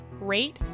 rate